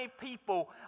people